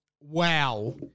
Wow